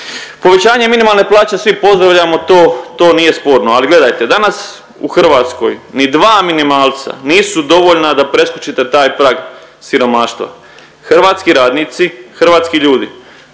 Povećanje minimalne plaće svi pozdravljamo, to, to nije sporno ali gledajte danas u Hrvatskoj ni dva minimalca nisu dovoljna da preskočite taj prag siromaštva. Hrvatski radnici, hrvatski ljudi